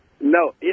No